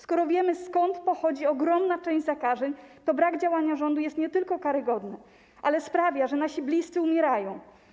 Skoro wiemy, skąd pochodzi ogromna część zakażeń, to brak działania rządu jest nie tylko karygodny, ale sprawia, że nasi bliscy umierają.